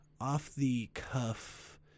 off-the-cuff